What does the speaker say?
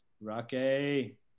Rocky